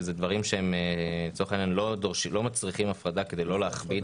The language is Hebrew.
דברים שלצורך העניין לא מצריכים הפרדה כדי לא להכביד,